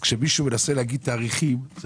כשמישהו מנסה להגיד תאריכים, זה